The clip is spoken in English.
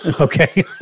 Okay